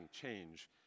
change